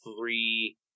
three